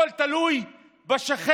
הם תלויים בשכן